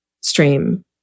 stream